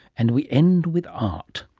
and we end with art